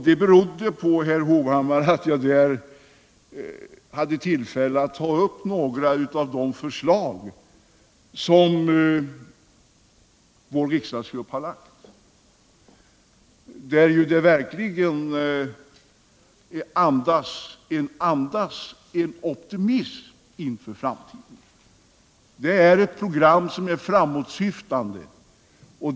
Det berodde, herr Hovhammar, på att jag hade tillfälle att ta upp några av de förslag som vår riksdagsgrupp lade fram, där det verkligen andas en optimism inför framtiden. Det är ett framåtsyftande program.